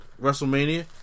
WrestleMania